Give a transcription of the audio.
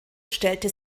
stellte